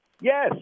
Yes